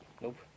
Nope